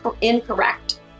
incorrect